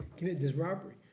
commit this robbery.